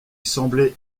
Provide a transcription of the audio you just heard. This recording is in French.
semblait